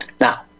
Now